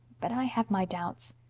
but i have my doubts.